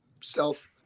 self